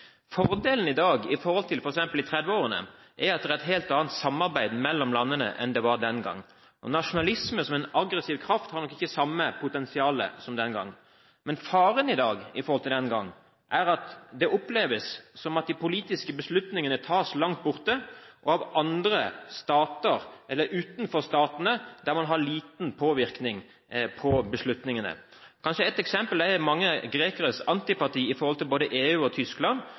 Fordelen i dag i forhold til f.eks. i 1930-årene er at det er et helt annet samarbeid mellom landene enn det var den gang. Nasjonalisme som en aggressiv kraft har nok ikke samme potensial som den gang. Men faren i dag i forhold til den gang er at det oppleves som at de politiske beslutningene tas langt borte av andre stater eller utenforstatene, der man har liten påvirkning på beslutningene. Kanskje ett eksempel er mange grekeres antipati overfor både EU og Tyskland,